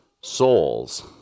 souls